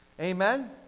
Amen